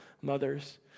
mothers